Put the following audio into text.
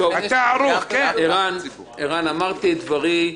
ערן, אמרתי את דברי.